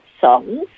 songs